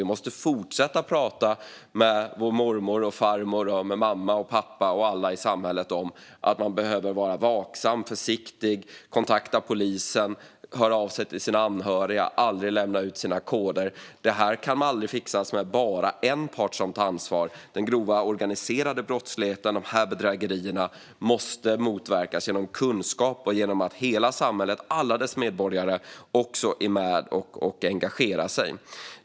Vi måste fortsätta att prata med mormor, farmor, mamma, pappa och alla i samhället om att man behöver vara vaksam och försiktig och aldrig lämna ut koder. Man ska höra av sig till sina anhöriga, och man ska kontakta polisen. Det här kan aldrig fixas med bara en part som tar ansvar. Den grova, organiserade brottsligheten och bedrägerier måste motverkas genom kunskap och genom att hela samhället och alla dess medborgare också är med och engagerar sig.